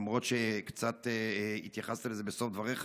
למרות שהתייחסת לזה קצת בסוף דבריך,